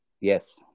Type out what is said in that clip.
Yes